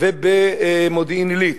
במודיעין-עילית,